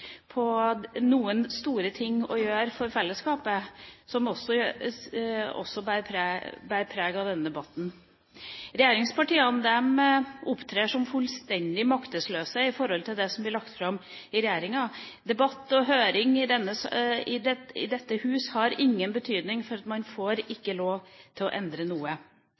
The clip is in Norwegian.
noen store ting man kan gjøre for fellesskapet, som denne debatten bærer preg av. Regjeringspartiene opptrer som fullstendig maktesløse i forhold til det som blir lagt fram i regjeringa. Debatt og høring i dette hus har ingen betydning, for man får ikke lov til å endre noe.